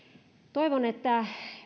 toivon että